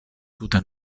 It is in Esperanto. tute